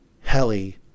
Heli